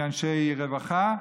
מאנשי רווחה.